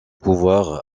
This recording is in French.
pouvoir